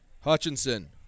Hutchinson